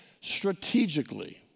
strategically